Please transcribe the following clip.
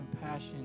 compassion